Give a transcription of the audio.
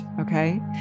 okay